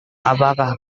apakah